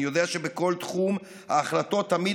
אני יודע שבכל תחום ההחלטות תמיד